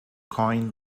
coin